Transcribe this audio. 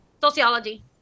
Sociology